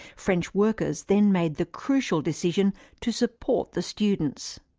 french workers then made the crucial decision to support the students.